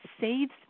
saves